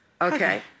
Okay